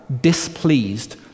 displeased